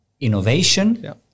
innovation